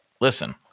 Listen